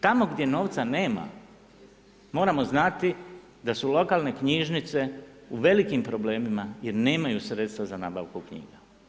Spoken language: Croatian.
Tamo gdje novca nema, moramo znati da su lokalne knjižnice u velikim problemima jer nemaju sredstva za nabavku knjiga.